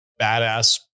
badass